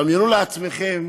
דמיינו לעצמכם